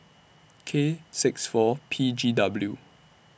K six four P G W